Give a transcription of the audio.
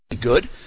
good